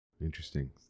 Interesting